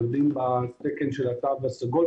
עומדים בתקן של התו הסגול,